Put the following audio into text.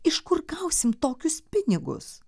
iš kur gausim tokius pinigus